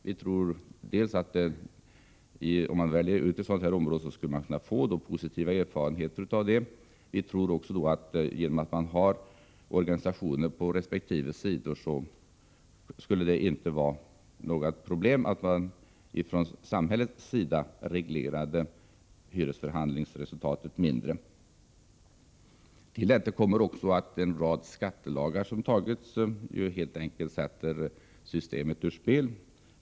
Vi tror att väljer vi ut ett område för försöksverksamhet skulle vi kunna få positiva erfarenheter. Med organisationer på resp. sidor borde det inte vara några problem med att man från samhällets sida reglerade hyresförhandlingsmetoderna mindre. Till detta kommer också att en rad skattelagar som införts helt enkelt sätter systemet ur spel.